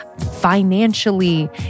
Financially